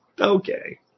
okay